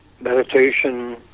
meditation